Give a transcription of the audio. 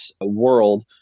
world